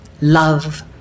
love